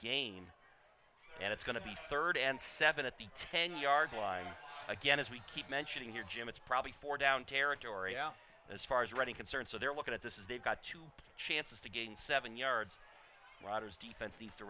game and it's going to be third and seven at the ten yard line again as we keep mentioning here jim it's probably four down territory out as far as reading concerned so they're looking at this is they've got two chances to gain seven yards rogers defense these to